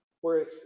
whereas